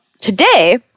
Today